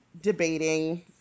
debating